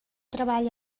treball